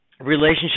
relationship